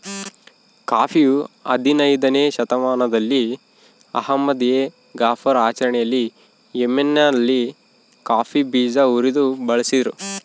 ಕಾಫಿಯು ಹದಿನಯ್ದನೇ ಶತಮಾನದಲ್ಲಿ ಅಹ್ಮದ್ ಎ ಗಫರ್ ಆಚರಣೆಯಲ್ಲಿ ಯೆಮೆನ್ನಲ್ಲಿ ಕಾಫಿ ಬೀಜ ಉರಿದು ಬಳಸಿದ್ರು